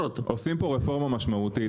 עושים פה רפורמה משמעותית,